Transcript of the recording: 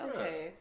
Okay